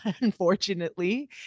unfortunately